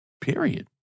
period